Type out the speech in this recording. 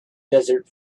desert